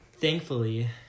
Thankfully